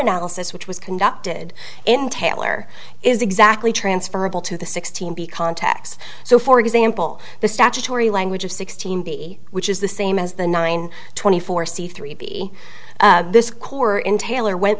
analysis which was conducted in tailor is exactly transferable to the sixteen b contacts so for example the statutory language of sixteen b which is the same as the nine twenty four c three b this core in taylor went